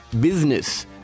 Business